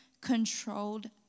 controlled